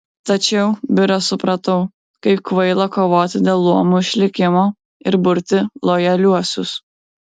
tačiau biure supratau kaip kvaila kovoti dėl luomų išlikimo ir burti lojaliuosius